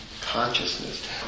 consciousness